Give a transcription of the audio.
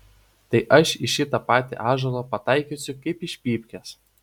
tai aš į šitą patį ąžuolą pataikysiu kaip iš pypkės